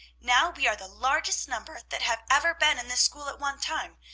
now we are the largest number that have ever been in this school at one time.